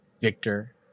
Victor